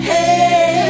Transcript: Hey